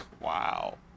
Wow